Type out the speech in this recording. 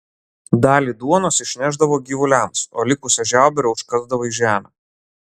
dalį duonos išnešdavo gyvuliams o likusią žiauberę užkasdavo į žemę